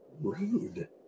rude